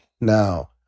Now